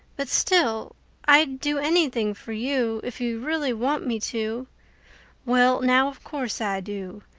but still i'd do anything for you if you really want me to well now, of course i do.